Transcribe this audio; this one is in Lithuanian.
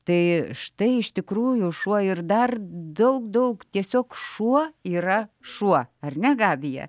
tai štai iš tikrųjų šuo ir dar daug daug tiesiog šuo yra šuo ar ne gabija